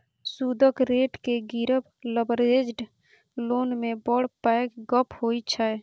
सुदक रेट केँ गिरब लबरेज्ड लोन मे बड़ पैघ गप्प होइ छै